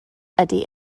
ydy